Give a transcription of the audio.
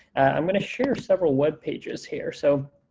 i'm going to share several web pages here. so,